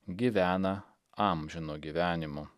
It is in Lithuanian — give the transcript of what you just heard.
gyvena amžinu gyvenimu